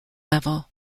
level